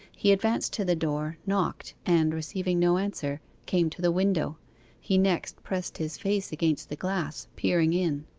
he advanced to the door, knocked, and, receiving no answer, came to the window he next pressed his face against the glass, peering in.